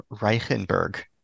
Reichenberg